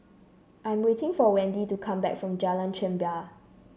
I'm waiting for Wendi to come back from Jalan Chempah